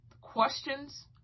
Questions